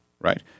right